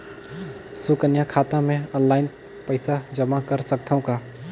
सुकन्या खाता मे ऑनलाइन पईसा जमा कर सकथव का?